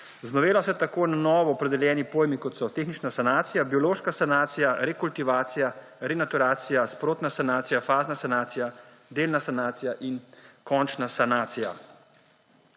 Z novelo so tako na novo opredeljeni pojmi, kot so: tehnična sanacija, biološka sanacija, rekultivacija, renaturacija, sprotna sanacija, fazna sanacija, delna sanacija in končna sanacija.